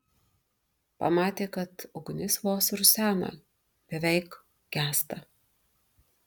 pamatė kad ugnis vos rusena beveik gęsta